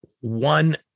one